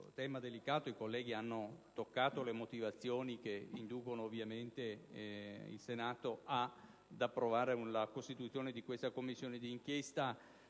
colleghi che hanno toccato le motivazioni che inducono il Senato a voler approvare la costituzione di questa Commissione d'inchiesta.